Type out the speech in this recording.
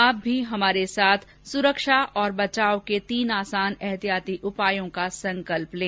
आप भी हमारे साथ सुरक्षा और बचाव के तीन आसान एहतियाती उपायों का संकल्प लें